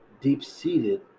deep-seated